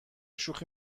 شوخی